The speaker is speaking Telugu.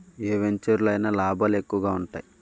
ఏ వెంచెరులో అయినా లాభాలే ఎక్కువగా ఉంటాయి